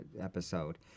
episode